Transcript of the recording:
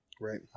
Right